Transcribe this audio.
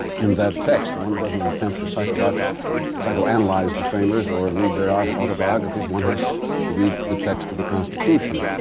in that text, one doesn't attempt to psychoanalyze psychoanalyze the framers or read their ah autobiographies, one has to read the text of the constitution.